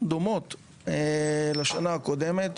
דומות לשנה הקודמת,